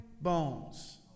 bones